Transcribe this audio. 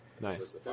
Nice